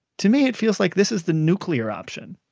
to me, it feels like this is the nuclear option.